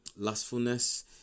lustfulness